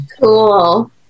Cool